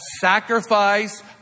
sacrifice